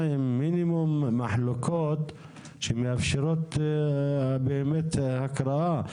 עם מינימום מחלוקות שמאפשרות באמת הקראה.